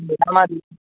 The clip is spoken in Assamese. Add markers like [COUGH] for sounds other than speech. [UNINTELLIGIBLE]